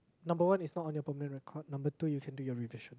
number one it's not on your permanent record number two you can do your revision